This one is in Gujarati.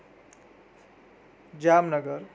જામનગર